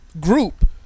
group